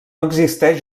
existeix